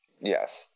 Yes